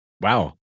wow